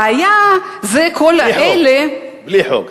בלי חוק.